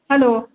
hello